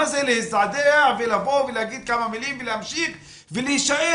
מה זה להזדעזע ולבוא ולהגיד כמה מילים ולהמשיך ולהישאר